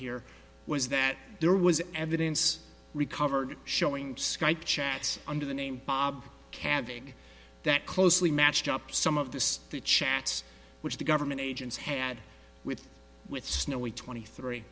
here was that there was evidence recovered showing skype chats under the name bob can pick that closely matched up some of the street chats which the government agents had with with snowie twenty three